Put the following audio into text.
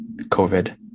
COVID